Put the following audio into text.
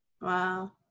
Wow